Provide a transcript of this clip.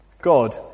God